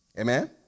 Amen